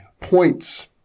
points